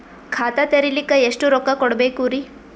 ಖಾತಾ ತೆರಿಲಿಕ ಎಷ್ಟು ರೊಕ್ಕಕೊಡ್ಬೇಕುರೀ?